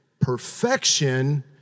perfection